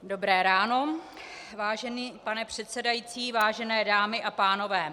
Dobré ráno, vážený pane předsedající, vážené dámy a pánové.